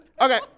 Okay